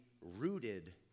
rooted